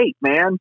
man